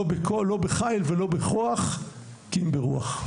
לא בכל לא בחיל ולא בכוח ,כי אם ברוח.